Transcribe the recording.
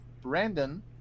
Brandon